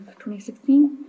2016